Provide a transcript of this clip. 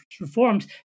reforms